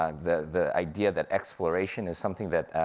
um the the idea that exploration is something that